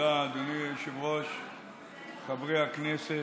חברי הכנסת.